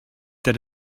that